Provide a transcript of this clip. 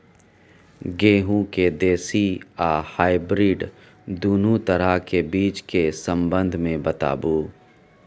गेहूँ के देसी आ हाइब्रिड दुनू तरह के बीज के संबंध मे बताबू?